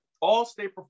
all-state